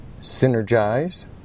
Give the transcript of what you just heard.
synergize